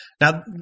Now